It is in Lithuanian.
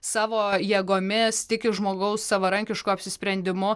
savo jėgomis tiki žmogaus savarankišku apsisprendimu